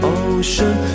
ocean